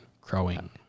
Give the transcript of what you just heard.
crowing